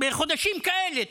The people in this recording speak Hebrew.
בחודשים כאלה,